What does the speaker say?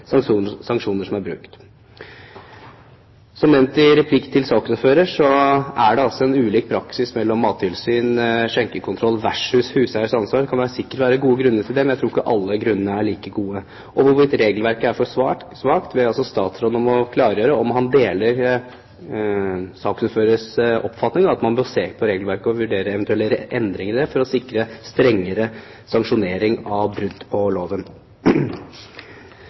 sanksjoner som er brukt. Som nevnt i replikk til saksordføreren er det ulik praksis for mattilsyn/skjenkekontroll versus huseiers ansvar. Det kan sikkert være gode grunner til det, men jeg tror ikke alle grunnene er like gode. Hvorvidt regelverket er for svakt, ber jeg statsråden om å klargjøre. Deler statsråden saksordførerens oppfatning om at man bør se på regelverket og vurdere eventuelle endringer i det for å sikre strengere sanksjonering